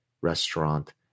restaurant